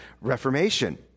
Reformation